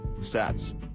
Sets